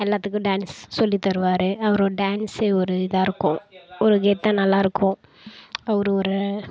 எல்லாத்துக்கும் டான்ஸ் சொல்லித்தருவார் அவரோட டான்ஸே ஒரு இதாக இருக்கும் ஒரு கெத்தாக நல்லாயிருக்கும் அவர் ஒரு